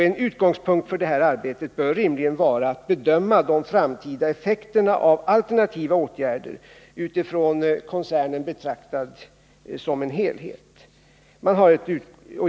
En utgångspunkt för det arbetet bör rimligen vara att bedöma de framtida effekterna av alternativa åtgärder utifrån koncernen betraktad som en helhet.